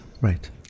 Right